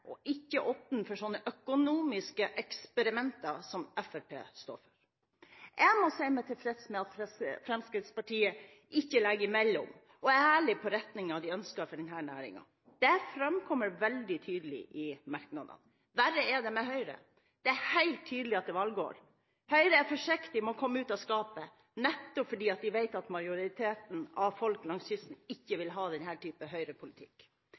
og ikke åpne for sånne økonomiske eksperimenter som Fremskrittspartiet står for. Jeg må si meg tilfreds med at Fremskrittspartiet ikke legger noe imellom og er ærlig på retningen de ønsker for denne næringen. Det framkommer veldig tydelig i merknadene. Verre er det med Høyre. Det er helt tydelig at det er valgår. Høyre er forsiktig med å komme ut av skapet, nettopp fordi de vet at majoriteten av folk langs kysten ikke vil